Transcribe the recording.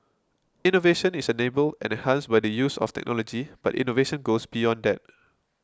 innovation is enabled and enhanced by the use of technology but innovation goes beyond that